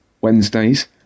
Wednesdays